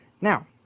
Now